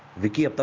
vicky but